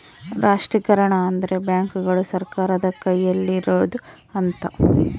ರಾಷ್ಟ್ರೀಕರಣ ಅಂದ್ರೆ ಬ್ಯಾಂಕುಗಳು ಸರ್ಕಾರದ ಕೈಯಲ್ಲಿರೋಡು ಅಂತ